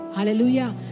Hallelujah